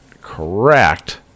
correct